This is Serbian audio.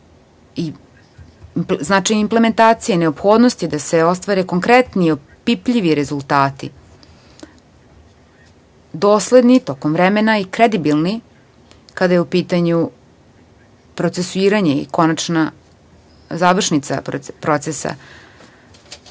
značaj implementacije, neophodnosti da se ostvare konkretni, opipljivi rezultati. Dosledni tokom vremena i kredibilni kada je u pitanju procesuiranje i završnica procesa,